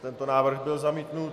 Tento návrh byl zamítnut.